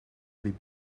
liep